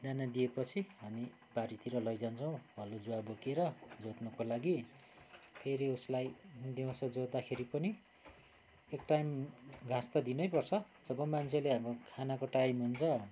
दाना दिएपछि हामी बारीतिर लैजान्छौँ हलो जुवा बोकेर जोत्नको लागि फेरि उसलाई दिउँसो जोत्दाखेरि पनि एक टाइम घाँस त दिनैपर्छ जब मान्छेले अब खानाको टाइम हुन्छ